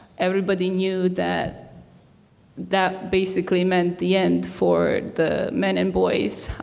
everybody knew that that basically meant the end for the men and boys.